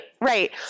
right